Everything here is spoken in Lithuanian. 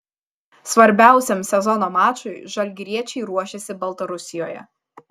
svarbiausiam sezono mačui žalgiriečiai ruošiasi baltarusijoje